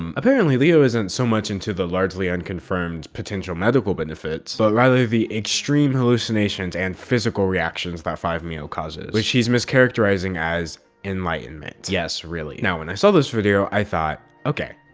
um apparently, leo isn't so much into the largely unconfirmed potential medical benefits, but rather the extreme hallucinations and physical reactions that five meo causes, which he's mischaracterizing as enlightenment. yes really. now when i saw this video, i thought okay.